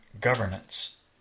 governance